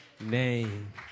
name